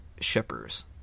shippers